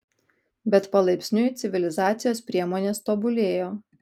bet palaipsniui civilizacijos priemonės tobulėjo